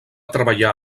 treballar